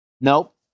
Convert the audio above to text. Nope